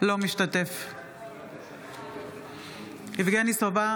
אינו משתתף בהצבעה יבגני סובה,